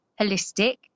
holistic